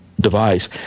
device